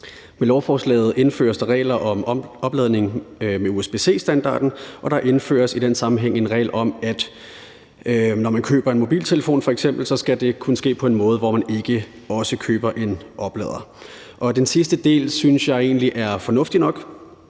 Med lovforslaget indføres der regler om opladning med usb-c-standarden, og der indføres i den sammenhæng en regel om, at når man f.eks. køber en mobiltelefon, skal det kunne ske på en måde, hvor man ikke også køber en oplader. Og den sidste del synes jeg egentlig er fornuftig nok.